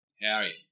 Harry